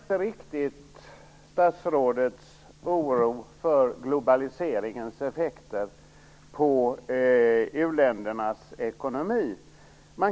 Herr talman! Jag delar inte riktigt statsrådets oro för globaliseringens effekter på u-ländernas ekonomi.